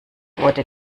wurde